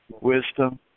wisdom